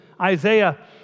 Isaiah